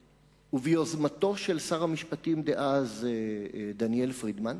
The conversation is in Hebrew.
ביוזמתו של שר המשפטים דאז, דניאל פרידמן,